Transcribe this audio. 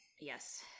Yes